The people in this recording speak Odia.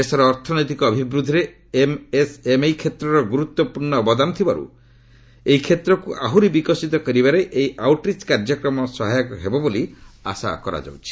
ଦେଶର ଅର୍ଥନୈତିକ ଅଭିବୃଦ୍ଧିରେ ଏମ୍ଏସ୍ଏମ୍ଇ କ୍ଷେତ୍ରର ଗୁରୁତ୍ୱପୂର୍୍ଣ୍ଣ ଅବଦାନ ଥିବାରୁ ଏମ୍ଏସ୍ଏମ୍ଇ କ୍ଷେତ୍ରକୁ ଆହୁରି ବିକଶିତ କରିବାରେ ଏହି ଆଉଟ୍ରିଚ୍ କାର୍ଯ୍ୟକ୍ରମ ସହାୟକ ହେବ ବୋଲି ଆଶା କରାଯାଉଛି